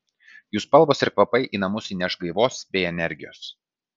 jų spalvos ir kvapai į namus įneš gaivos bei energijos